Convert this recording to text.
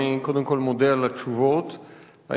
אני קודם כול מודה על התשובות הענייניות,